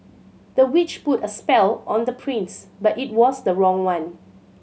the witch put a spell on the prince but it was the wrong one